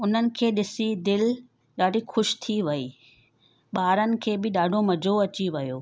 उन्हनि खे ॾिसी दिलि ॾाढी ख़ुशि थी वेई ॿारनि खे बि ॾाढो मज़ो अची वियो